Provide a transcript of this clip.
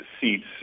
seats